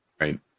right